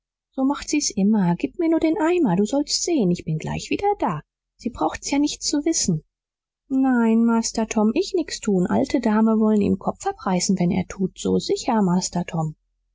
so macht sie's immer gib mir nur den eimer du sollst sehen ich bin gleich wieder da sie braucht's ja nicht zu wissen nein master tom ich nix tun alte dame wollen ihm kopf abreißen wenn er tut so sicher master tom